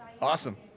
awesome